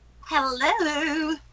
Hello